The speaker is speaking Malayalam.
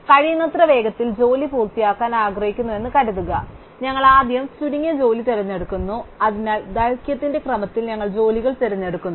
അതിനാൽ കഴിയുന്നത്ര വേഗത്തിൽ ജോലി പൂർത്തിയാക്കാൻ ഞങ്ങൾ ആഗ്രഹിക്കുന്നുവെന്ന് കരുതുക അതിനാൽ ഞങ്ങൾ ആദ്യം ചുരുങ്ങിയ ജോലി തിരഞ്ഞെടുക്കുന്നു അതിനാൽ ദൈർഘ്യത്തിന്റെ ക്രമത്തിൽ ഞങ്ങൾ ജോലികൾ തിരഞ്ഞെടുക്കുന്നു